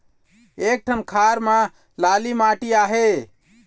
एक ठन खार म लाली माटी आहे?